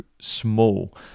small